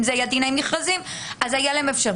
אם אלה היו דיני מכרזים, אז הייתה להם אפשרות.